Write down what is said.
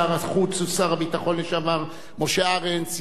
שר החוץ ושר הביטחון לשעבר משה ארנס,